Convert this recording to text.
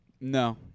No